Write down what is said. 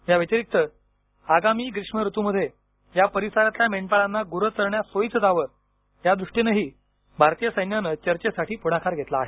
या व्यतिरिक्त आगामी ग्रीष्म ऋतूमध्ये या परिसरातील मेंढपाळांना गुरे चरण्यास सोयीचे जावे या दृष्टीनेही भारतीय सैन्याने चर्चेसाठी पुढाकार घेतला आहे